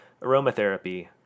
aromatherapy